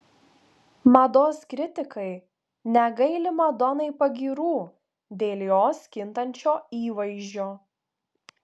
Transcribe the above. mados kritikai negaili madonai pagyrų dėl jos kintančio įvaizdžio